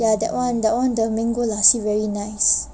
ya that one that one the mango lassi very nice